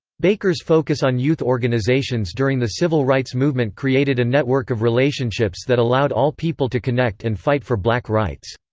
baker's focus on youth organizations during the civil rights movement created a network of relationships that allowed all people to connect and fight for black rights.